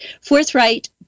Forthright